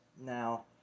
Now